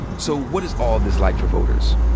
so what is all this like for voters?